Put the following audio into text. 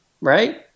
right